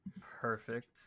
Perfect